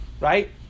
right